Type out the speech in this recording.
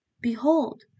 Behold